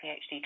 PhD